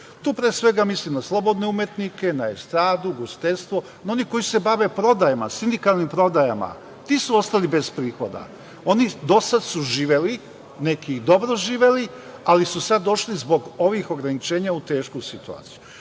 tu pre svega mislim na slobodne umetnike, na estradu, ugostiteljstvo, one koji se bave prodaja, sindikalnim prodajama, i oni su ostali bez prihoda. Do sada su živeli, neki dobro živeli, ali su sada došli zbog ovih ograničenja u tešku situaciju. Sama